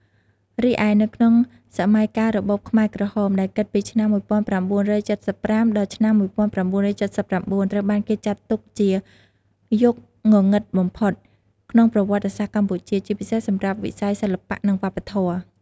រីឯនៅក្នុងសម័យកាលរបបខ្មែរក្រហម ដែលគិតពីឆ្នាំ ១៩៧៥ ដល់ ឆ្នាំ ១៩៧៩ ត្រូវបានគេចាត់ទុកជា យុគងងឹតបំផុត ក្នុងប្រវត្តិសាស្ត្រកម្ពុជា ជាពិសេសសម្រាប់វិស័យសិល្បៈ និងវប្បធម៌។